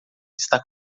está